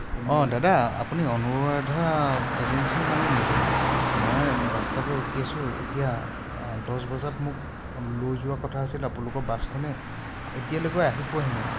অঁ দাদা আপুনি অনুৰাধা এজেঞ্চীৰ মানুহ নি বাৰু মই ৰাস্তাত ৰখি আছোঁ এতিয়া দহ বজাত মোক লৈ যোৱাৰ কথা আছিল আপোনালোকৰ বাছখনে এতিয়ালৈকেও আহি পোৱাহি নাই